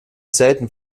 selten